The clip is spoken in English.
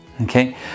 Okay